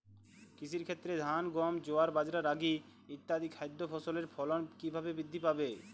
কৃষির ক্ষেত্রে ধান গম জোয়ার বাজরা রাগি ইত্যাদি খাদ্য ফসলের ফলন কীভাবে বৃদ্ধি পাবে?